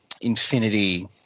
Infinity